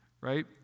Right